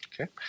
Okay